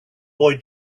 boy